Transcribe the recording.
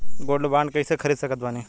Gold bond कईसे खरीद सकत बानी?